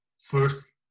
first